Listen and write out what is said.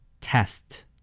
Test